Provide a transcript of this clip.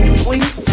sweet